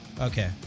okay